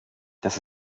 das